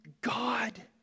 God